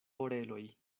oreloj